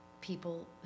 people